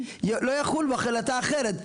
לא יכול בהחלטה אחרת,